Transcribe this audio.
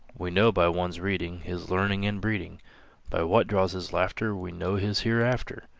we know by one's reading his learning and breeding by what draws his laughter we know his hereafter.